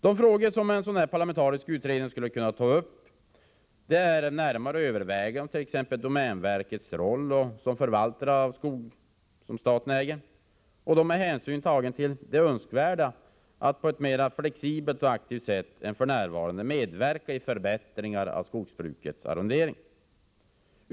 En fråga som en sådan parlamentarisk utredning skulle kunna ta upp till närmare övervägande är domänverkets roll som förvaltare av statsägd skogsmark, med tanke på det önskvärda i att man på ett mera flexibelt och aktivt sätt än f. n. medverkar till förbättringar av skogsbrukets arrondering.